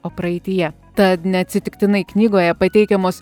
o praeityje tad neatsitiktinai knygoje pateikiamos